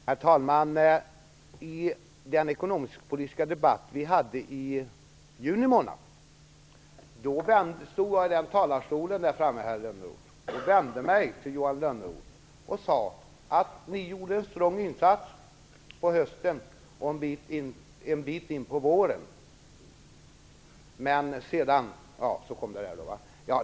Herr talman! I den ekonomisk-politiska debatten i juni stod jag i talarstolen och vände mig till Johan Lönnroth. Jag sade: Ni gjorde en strong insats på hösten och en bit in på våren. Sedan blev det annorlunda.